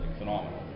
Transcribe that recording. phenomenal